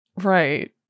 Right